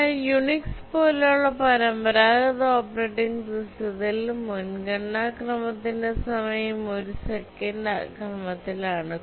എന്നാൽ യുണിക്സ് പോലുള്ള പരമ്പരാഗത ഓപ്പറേറ്റിംഗ് സിസ്റ്റത്തിൽ മുൻഗണനാക്രമത്തിന്റെ സമയം ഒരു സെക്കൻഡ് ക്രമത്തിൽ ആണ്